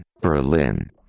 Berlin